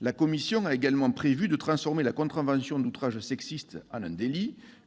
La commission a également prévu de transformer la contravention d'outrage sexiste en un délit,